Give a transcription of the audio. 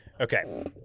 Okay